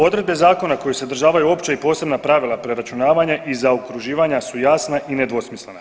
Odredbe zakona koje sadržavaju opća i posebna pravila preračunavanja i zaokruživanja su jasna i nedvosmislena.